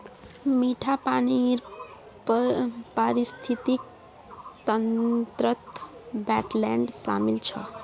मीठा पानीर पारिस्थितिक तंत्रत वेट्लैन्ड शामिल छ